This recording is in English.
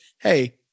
Hey